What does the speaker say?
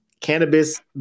Cannabis